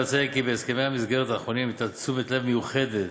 אציין כי בהסכמי המסגרת האחרונים ניתנה תשומת לב מיוחדת